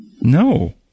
No